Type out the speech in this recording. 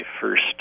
first